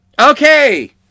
Okay